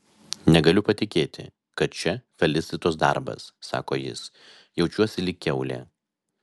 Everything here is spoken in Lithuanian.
negaliu patikėti kad čia felicitos darbas sako jis jaučiuosi lyg kiaulė